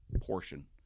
portion